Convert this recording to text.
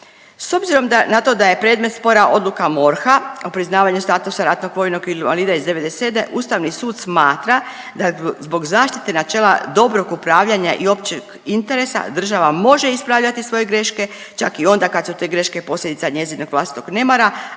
S obzirom da, na to da je predmet spora odluka MORH-a o priznavanju statusa ratnog vojnog invalida iz '97. Ustavni sud smatra da je zbog zaštite načela dobrog upravljanja i općeg interesa, država može ispravljati svoje greške čak i onda kad su te greške posljedica njezinog vlastitog nemara